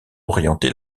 orienté